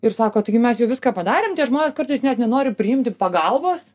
ir sako taigi mes jau viską padarėm tie žmonės kartais net nenori priimti pagalbos